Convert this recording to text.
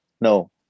no